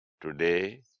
Today